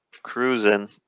Cruising